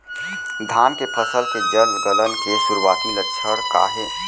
धान के फसल के जड़ गलन के शुरुआती लक्षण का हे?